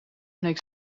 makes